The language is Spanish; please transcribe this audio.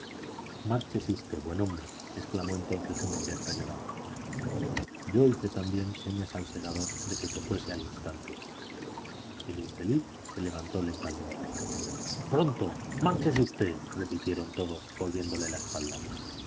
márchese usted buen hombre exclamó entonces uno que hasta lloraba yo hice también señas al segador de que se fuese al instante el infeliz se levantó lentamente pronto márchese usted repitieron todos volviéndole la espalda